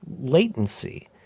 latency